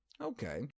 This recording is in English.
Okay